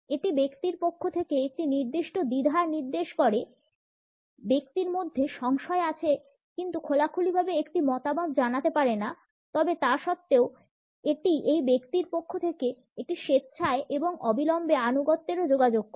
এটি ব্যক্তির পক্ষ থেকে একটি নির্দিষ্ট দ্বিধা নির্দেশ করে ব্যক্তির মধ্যে সংশয় আছে কিন্তু খোলাখুলিভাবে একটি মতামত জানাতে পারে না তবে তা সত্ত্বেও এটি এই ব্যক্তির পক্ষ থেকে একটি স্বেচ্ছায় এবং অবিলম্বে আনুগত্যেরও যোগাযোগ করে